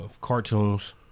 Cartoons